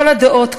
כל הדעות,